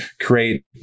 create